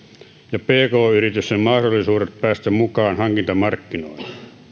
ja pk yritysten mahdollisuudet päästä mukaan hankintamarkkinoille